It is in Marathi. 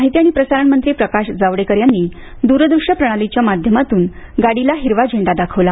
महिती आणि प्रसारण मंत्री प्रकाश जावडेकर यांनी दूरदृश्य प्रणालीच्या माध्यमातून गाडीला हिरवा झेंडा दाखवला